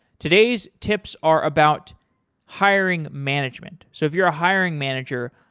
today's tips are about hiring management. so if you're a hiring manager,